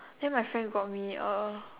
then my friend bought me a